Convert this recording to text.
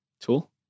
Tool